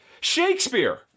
Shakespeare